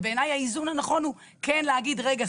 ובעיניי האיזון הנכון הוא כן להגיד רגע,